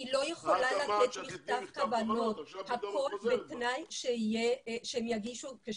אני לא יכולה לתת מכתב כוונות --- את אמרת שאת תיתני מכתב כוונות,